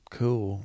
cool